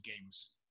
games